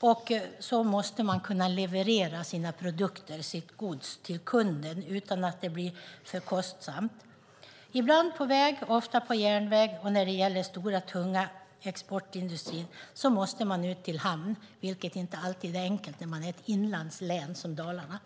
och att man måste kunna leverera sina produkter, sitt gods, till kunden utan att det blir för kostsamt - ibland på väg och ofta på järnväg. När det gäller den stora tunga exportindustrin måste man ut till hamn, vilket inte alltid är enkelt i ett inlandslän som Dalarna.